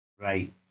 Right